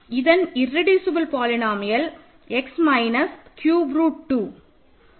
இதன் irreducible polynomial x minus cube root 2